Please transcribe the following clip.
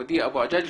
ודיע אבו עג'אג'.